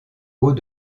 haut